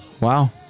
Wow